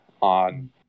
on